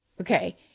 okay